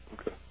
Okay